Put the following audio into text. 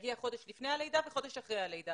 להגיע חודש לפני הלידה וחודש אחרי הלידה,